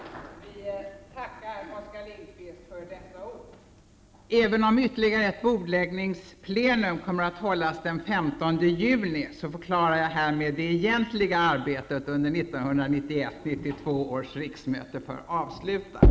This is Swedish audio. Vi tackar Oskar Lindkvist för dessa ord. Även om ytterligare ett bordläggningsplenum kommer att hållas den 15 juni, förklarar jag härmed det egentliga arbetet under 1991/92 års riksmöte för avslutat.